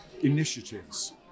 initiatives